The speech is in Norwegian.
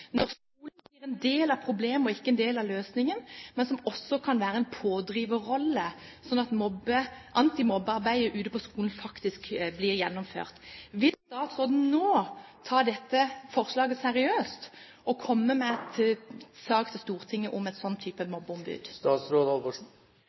en del av problemet og ikke en del av løsningen, og som også kan ha en pådriverrolle, slik at antimobbearbeidet ute i skolen faktisk blir gjennomført. Vil statsråden nå ta dette forslaget seriøst og komme med en sak til Stortinget om et